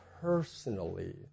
personally